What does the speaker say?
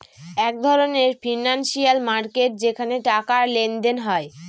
এক ধরনের financial market যেখানে টাকার লেনদেন হয়